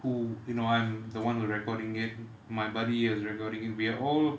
who you know I'm the [one] who recording it my buddy is recording it we're all